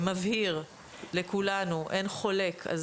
מבהיר לכולנו: אין חולק על